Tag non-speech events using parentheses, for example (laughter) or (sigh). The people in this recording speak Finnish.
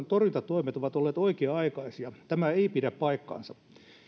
(unintelligible) torjuntatoimet ovat olleet oikea aikaisia tämä ei pidä paikkaansa